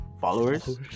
followers